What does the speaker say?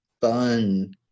fun